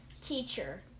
teacher